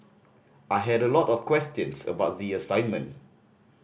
I had a lot of questions about the assignment